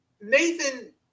Nathan